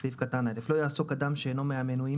2/א'.לא יעסוק אדם אשר שאינו מהמנויים